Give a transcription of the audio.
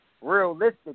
realistic